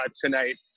tonight